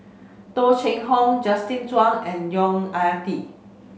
Tung Chye Hong Justin Zhuang and Yong Ah Kee